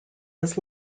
his